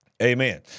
Amen